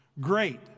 Great